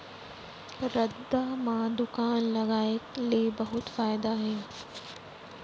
रद्दा म दुकान लगाय ले बहुत फायदा हे